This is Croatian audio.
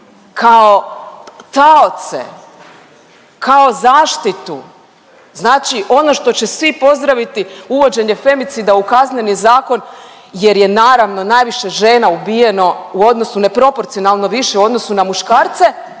kao taoce, kao zaštitu, znači ono što će svi pozdraviti uvođenje femicida u Kazneni zakon jer je naravno najviše žena ubijeno u odnosu, neproporcionalno više u odnosu na muškarce,